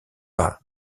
pas